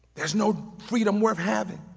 there's no freedom worth having